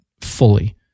fully